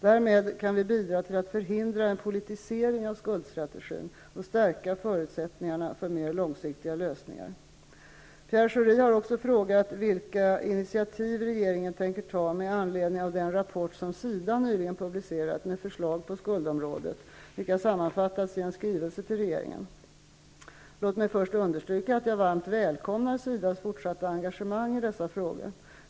Därmed kan vi bidra till att förhindra en politisering av skuldstrategin och stärka förutsättningarna för mer långsiktiga lösningar. Pierre Schori har också frågat vilka initiativ regeringen tänker ta med anledning av den rapport som SIDA nyligen publicerat med förslag på skuldområdet, vilka sammanfattats i en skrivelse till regeringen. Låt mig först understryka att jag varmt välkomnar SIDA:s fortsatta engagemang i dessa frågor.